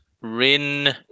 Rin